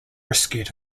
rescued